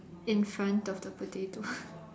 in front of the potato